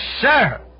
sir